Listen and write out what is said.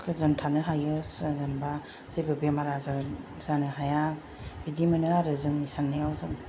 गोजोन थानो हायो जेनेबा जेबो बेमार आजार जानो हाया बिदि मोनो आरो जोंनि साननायाव जों